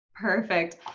Perfect